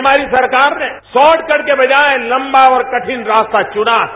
हमारी सरकार ने शॉर्टकट के बजाया लम्बा और कठिन रास्ता चुना है